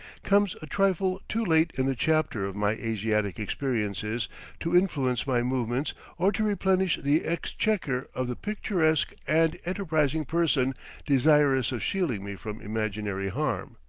comes a trifle too late in the chapter of my asiatic experiences to influence my movements or to replenish the exchequer of the picturesque and enterprising person desirous of shielding me from imaginary harm.